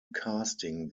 casting